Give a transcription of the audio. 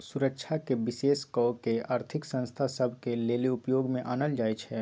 सुरक्षाके विशेष कऽ के आर्थिक संस्था सभ के लेले उपयोग में आनल जाइ छइ